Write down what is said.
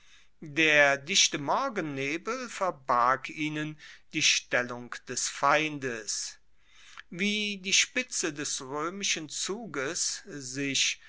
der dichte morgennebel verbarg ihnen die stellung des feindes wie die spitze des roemischen zuges sich